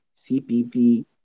CPP